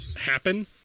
happen